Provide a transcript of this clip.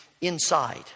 inside